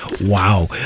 wow